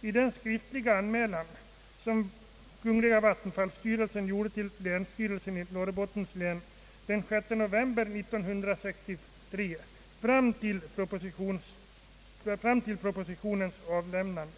i den skriftliga anmälan, som kungl. vattenfallsstyrelsen gjorde till länsstyrelsen i Norrbottens län den 6 november 1963, fram till propositionens avlämnande.